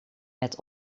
met